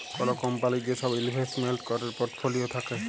call কম্পলির যে সব ইলভেস্টমেন্ট ক্যরের পর্টফোলিও থাক্যে